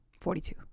Forty-two